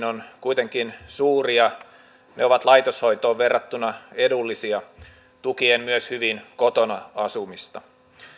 on kuitenkin suuri ja ne ovat laitoshoitoon verrattuna edullisia tukien myös hyvin kotona asumista